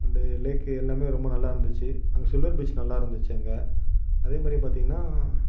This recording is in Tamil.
அண்ட் லேக் எல்லாமே ரொம்ப நல்லா இருந்துச்சு அங்கே சுழற் பீச் நல்லா இருந்துச்சு அங்கே அதேமாதிரி பார்த்திங்கன்னா